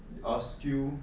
or stew